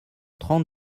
trente